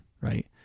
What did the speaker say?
Right